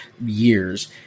years